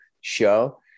show